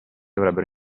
avrebbe